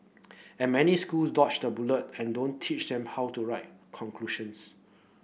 and many school dodge the bullet and don't teach them how to write conclusions